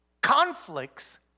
conflicts